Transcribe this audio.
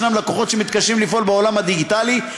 ישנם לקוחות שמתקשים לפעול בעולם הדיגיטלי,